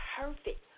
perfect